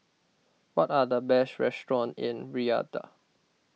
what are the best restaurants in Riyadh